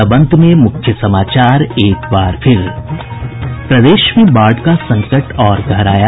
और अब अंत में मुख्य समाचार प्रदेश में बाढ़ का संकट और गहराया